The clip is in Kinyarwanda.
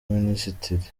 minisitiri